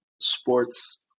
sports